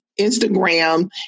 Instagram